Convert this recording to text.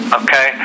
okay